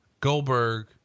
Goldberg